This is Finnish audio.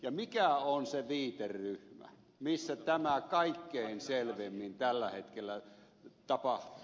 ja mikä on se viiteryhmä missä tämä kaikkein selvimmin tällä hetkellä tapahtuu